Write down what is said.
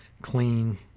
clean